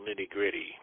nitty-gritty